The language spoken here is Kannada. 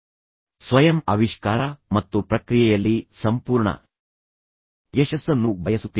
ಮತ್ತು ನಾನು ನಿಮಗೆ ಸ್ವಯಂ ಆವಿಷ್ಕಾರ ಮತ್ತು ಪ್ರಕ್ರಿಯೆಯಲ್ಲಿ ಸಂಪೂರ್ಣ ಯಶಸ್ಸನ್ನು ಬಯಸುತ್ತೇನೆ